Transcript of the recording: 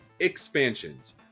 expansions